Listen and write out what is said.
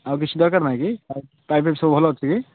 ଆଉ କିଛି ଦରକାର ନାହିଁ କି ପାଇପ୍ ଫାଇପ୍ ସବୁ ଭଲ ଅଛି